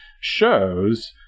shows